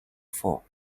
fall